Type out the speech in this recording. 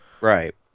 Right